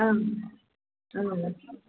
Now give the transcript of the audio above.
औ औ